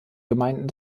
gemeinden